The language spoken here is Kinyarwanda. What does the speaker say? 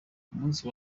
munsi